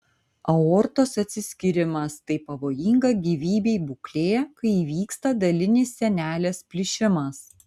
aortos atsiskyrimas tai pavojinga gyvybei būklė kai įvyksta dalinis sienelės plyšimas